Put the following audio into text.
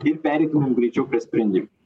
ir pereitumėm greičiau prie sprendimų